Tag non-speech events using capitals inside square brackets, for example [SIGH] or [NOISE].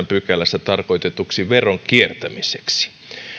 [UNINTELLIGIBLE] pykälässä tarkoitetuksi veron kiertämiseksi